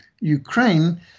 Ukraine